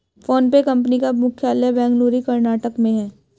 PhonePe company का मुख्यालय बेंगलुरु कर्नाटक भारत में है